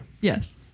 Yes